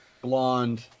blonde